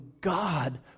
God